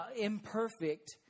imperfect